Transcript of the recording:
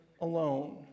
alone